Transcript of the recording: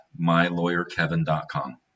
mylawyerkevin.com